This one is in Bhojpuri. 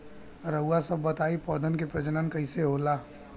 रउआ सभ बताई पौधन क प्रजनन कईसे होला?